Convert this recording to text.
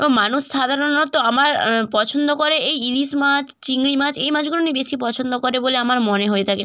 তো মানুষ সাধারণত আমার পছন্দ করে এই ইলিশ মাছ চিংড়ি মাছ এই মাছগুলোনই বেশি পছন্দ করে বলে আমার মনে হয় থাকে